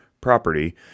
property